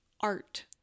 Art